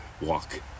walk